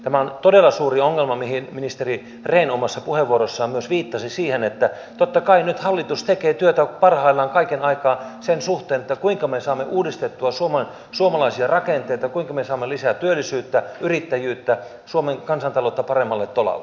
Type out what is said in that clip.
tämä on todella suuri ongelma mihin ministeri rehn omassa puheenvuorossaan myös viittasi siihen että totta kai nyt hallitus tekee työtä parhaillaan kaiken aikaa sen suhteen kuinka me saamme uudistettua suomalaisia rakenteita kuinka me saamme lisää työllisyyttä yrittäjyyttä suomen kansantaloutta paremmalle tolalle